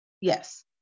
yes